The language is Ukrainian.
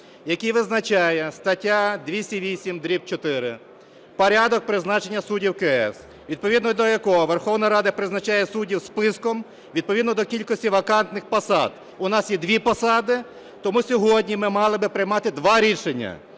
який визначає, стаття 208-4 "Порядок призначення суддів КС", відповідно до якої Верховна Рада призначає суддів списком відповідно до кількості вакантних посад. У нас є дві посади, то ми сьогодні мали би приймати два рішення